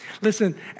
Listen